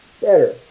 Better